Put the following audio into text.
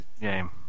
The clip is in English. game